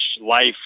life